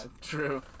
true